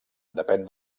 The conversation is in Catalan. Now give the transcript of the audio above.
depèn